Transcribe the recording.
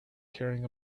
carrying